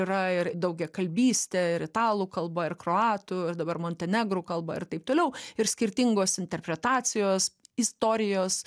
yra ir daugiakalbystė ir italų kalba ir kroatų ir dabar montenegrų kalba ir taip toliau ir skirtingos interpretacijos istorijos